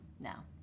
Now